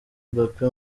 mbappe